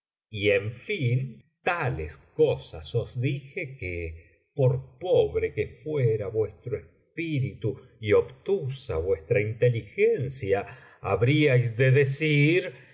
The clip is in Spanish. y en fin tales cosas os dije que por pobre que fuera vuestro espíritu y obtusa vuestra inteligencia habríais de decir